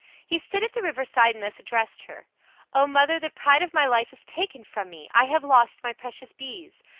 he stood at the river side and thus addressed her o mother, the pride of my life is taken from me! i have lost my precious bees.